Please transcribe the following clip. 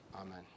amen